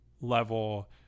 level